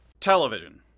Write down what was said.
Television